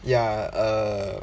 ya err